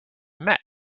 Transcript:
met